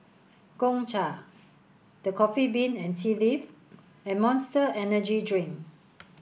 Gongcha The Coffee Bean and Tea Leaf and Monster Energy Drink